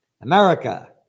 America